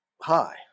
hi